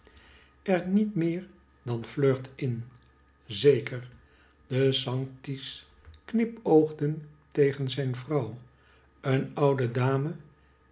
er niet meer dan flirt in zeker de sanctis knipoogde tegen zijn vrouw een oude dame